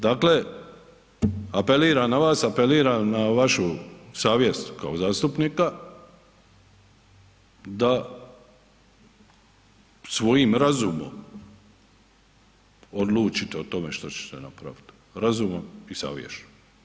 Dakle, apeliram na vas, apeliram na vašu savjest kao zastupnika da svojim razumom odlučite o tome što ćete napraviti, razumom i savješću.